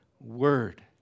word